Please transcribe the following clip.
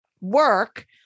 work